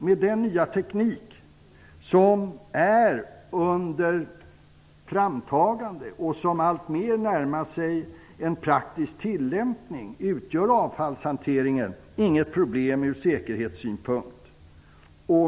Med den nya teknik som är under framtagande och som alltmer närmar sig en praktisk tillämpning utgör avfallshanteringen inget problem ur säkerhetssynpunkt.